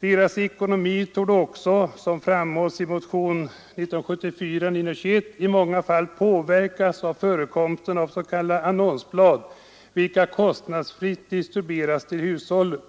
Deras ekonomi torde också, som framhålls i motionen 1974:921, i många fall påverkas av förekomsten av s.k. annonsblad vilka kostnadsfritt distribueras till hushållen.